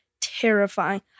terrifying